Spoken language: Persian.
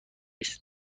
است